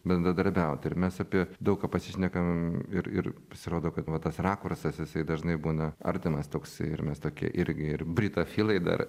bendradarbiauti ir mes apie daug ką pasišnekam ir ir pasirodo kad va tas rakursas jisai dažnai būna artimas toks ir mes tokie irgi ir britofilai dar